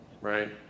right